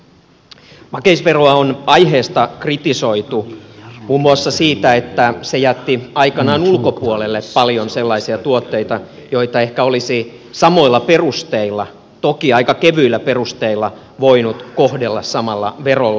makeisveroa on aiheesta kritisoitu muun muassa siitä että se jätti aikanaan ulkopuolelle paljon sellaisia tuotteita joita ehkä olisi samoilla perusteilla toki aika kevyillä perusteilla voinut kohdella samalla verolla